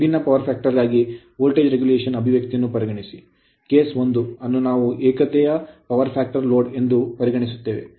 ಈಗ ವಿಭಿನ್ನ power factor ಗಾಗಿ ವೋಲ್ಟೇಜ್ regulation ನಿಯಂತ್ರಣ ಅಭಿವ್ಯಕ್ತಿಯನ್ನು ಪರಿಗಣಿಸಿ ಕೇಸ್ 1 ಅನ್ನು ನಾವು ಏಕತೆಯ ಪವರ್ ಫ್ಯಾಕ್ಟರ್ ಲೋಡ್ ಎಂದು ಪರಿಗಣಿಸುತ್ತೇವೆ